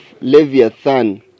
Leviathan